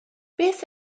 beth